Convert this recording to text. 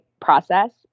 process